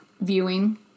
viewing